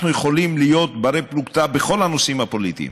אנחנו יכולים להיות בני-פלוגתא בכל הנושאים הפוליטיים,